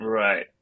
Right